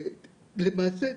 למעשה,